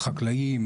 החקלאים,